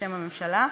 בשם הממשלה.